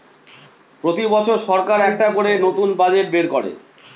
প্রতি বছর সরকার একটা করে নতুন বাজেট বের করে